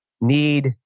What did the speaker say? need